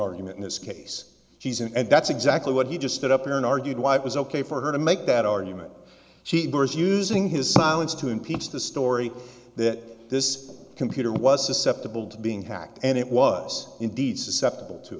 argument in this case he's and that's exactly what he just stood up there and argued why it was ok for her to make that argument she birds using his silence to impeach the story that this computer was susceptible to being hacked and it was indeed susceptible to